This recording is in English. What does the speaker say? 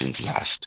last